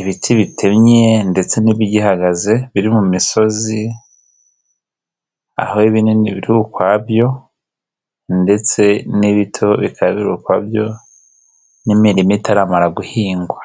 ibiti bitemye ndetse n'ibigihagaze biri mu misozi aho ibinini biri ukwabyo ndetse n'ibito bikaba biri ukwabyo n'imirima itaramara guhingwa.